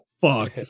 fuck